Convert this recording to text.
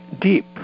deep